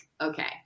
okay